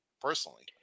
personally